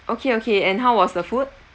okay okay and how was the food